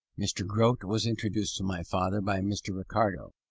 mr. grote was introduced to my father by mr. ricardo,